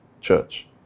church